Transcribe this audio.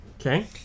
Okay